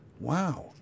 Wow